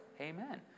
Amen